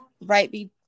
right